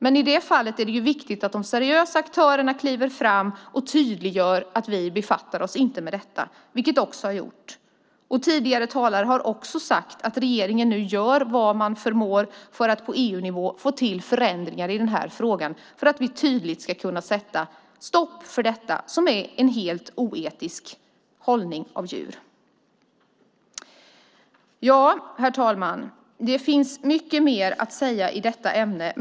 I det fallet är det viktigt att de seriösa aktörerna kliver fram och tydliggör att de inte befattar sig med detta, vilket också har gjorts. Tidigare talare har också sagt att regeringen gör vad man förmår för att på EU-nivå få till förändringar i frågan så att vi tydligt ska kunna sätta stopp för denna helt oetiska djurhållning. Herr talman! Det finns mycket mer att säga i detta ämne.